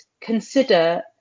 consider